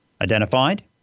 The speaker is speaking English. identified